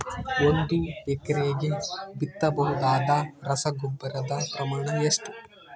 ಒಂದು ಎಕರೆಗೆ ಬಿತ್ತಬಹುದಾದ ರಸಗೊಬ್ಬರದ ಪ್ರಮಾಣ ಎಷ್ಟು?